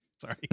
Sorry